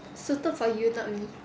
suited for you not me